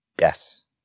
Yes